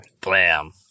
Blam